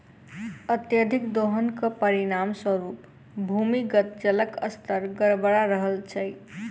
अत्यधिक दोहनक परिणाम स्वरूप भूमिगत जलक स्तर गड़बड़ा रहल छै